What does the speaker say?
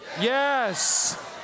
Yes